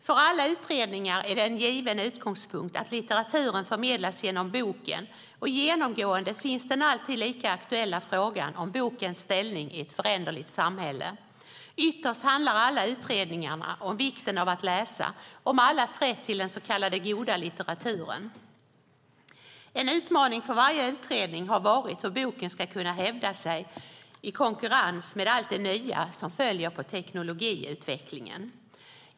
För alla utredningar är det en given utgångspunkt att litteraturen förmedlas genom boken, och genomgående finns den alltid lika aktuella frågan om bokens ställning i ett föränderligt samhälle. Ytterst handlar alla utredningarna om vikten av att läsa - om allas rätt till den så kallade goda litteraturen. En utmaning för varje utredning har varit hur boken ska kunna hävda sig i konkurrens med allt det nya som följer med teknologiutvecklingen.